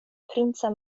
princa